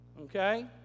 Okay